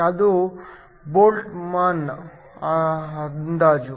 ಇದು ಬೋಲ್ಟ್ಜ್ಮನ್ ಅಂದಾಜು